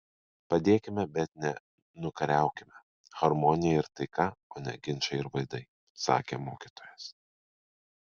padėkime bet ne nukariaukime harmonija ir taika o ne ginčai ir vaidai sakė mokytojas